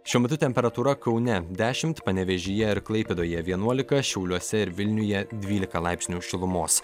šiuo metu temperatūra kaune dešimt panevėžyje ir klaipėdoje vienuolika šiauliuose ir vilniuje dvylika laipsnių šilumos